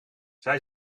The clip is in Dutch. zij